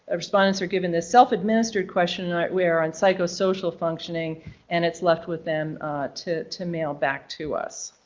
ah respondents are given this self-administered question ah we're on psychosocial functioning and it's left with them to to mail back to us.